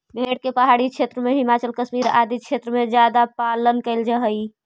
भेड़ के पहाड़ी क्षेत्र में, हिमाचल, कश्मीर आदि क्षेत्र में ज्यादा पालन कैल जा हइ